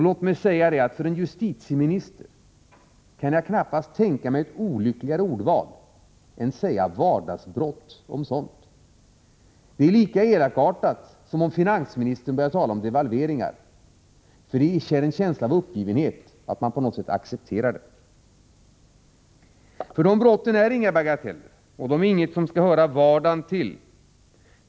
Låt mig säga att för en justitieminister kan jag knappast tänka mig ett olyckligare ordval än att säga vardagsbrott om sådant. Det är lika elakartat som om finansministern började tala om devalveringar, för det inger en känsla av uppgivenhet, att man på något sätt accepterar det. För de brotten är inga bagateller, de är ingenting som skall höra vardagen till.